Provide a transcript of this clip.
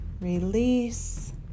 release